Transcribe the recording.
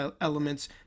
elements